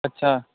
ਅੱਛਾ